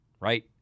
right